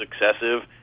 excessive